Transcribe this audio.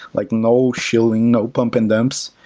like no shilling, no pump and dumps,